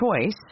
choice